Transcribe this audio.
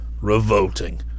Revolting